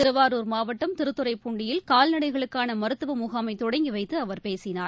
திருவாரூர் மாவட்டம் திருத்துறைபூண்டியில் கால்நடைகளுக்கான மருத்துவ முகாமை தொடங்கி வைத்து அவர் பேசினார்